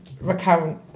recount